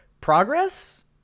progress